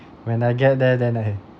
when I get there then I